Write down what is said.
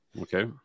Okay